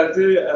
the